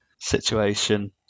situation